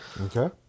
Okay